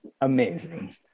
Amazing